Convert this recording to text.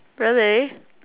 really